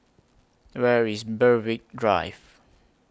Where IS Berwick Drive